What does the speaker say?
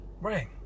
Right